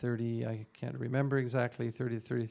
thirty i can't remember exactly thirty